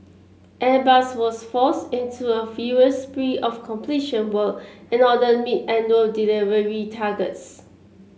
airbus was forced into a furious spree of completion work in order meet annual delivery targets